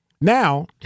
now